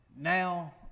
now